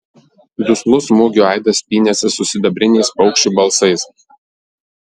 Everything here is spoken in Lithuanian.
duslus smūgių aidas pynėsi su sidabriniais paukščių balsais